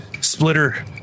Splitter